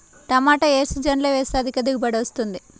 టమాటా ఏ సీజన్లో వేస్తే అధిక దిగుబడి వస్తుంది?